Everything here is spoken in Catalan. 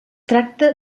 tracta